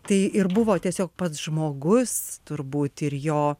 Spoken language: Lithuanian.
tai ir buvo tiesiog pats žmogus turbūt ir jo